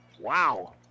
Wow